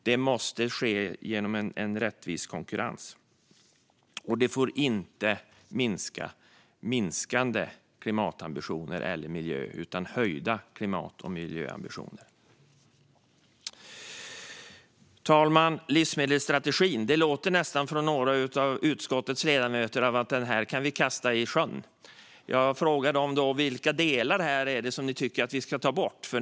Det måste ske genom en rättvis konkurrens, och det får inte leda till minskande klimat eller miljöambitioner utan till höjda sådana. Fru talman! Det låter nästan från några av utskottets ledamöter som att vi kan kasta livsmedelsstrategin i sjön. Jag frågar dem då vilka delar det är som de tycker att vi ska ta bort.